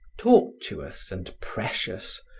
tortuous and precious,